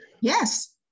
Yes